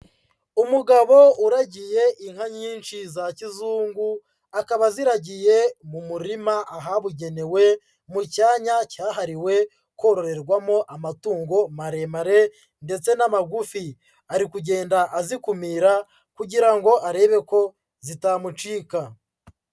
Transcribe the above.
Umugabo uragiye inka nyinshi za kizungu, akaba aziragiye mu murima ahabugenewe mu cyanya cyahariwe kororerwamo amatungo maremare ndetse n'amagufi, ari kugenda azikumira kugira ngo arebe ko zitamucika.